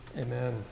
Amen